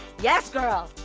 yes girl,